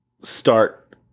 start